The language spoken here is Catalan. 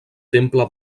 temple